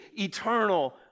eternal